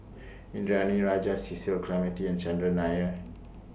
Indranee Rajah Cecil Clementi and Chandran Nair